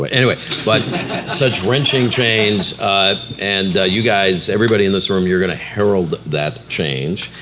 but anyway, but such wrenching change and you guys, everybody in this room, you're gonna herald that change.